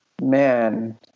Man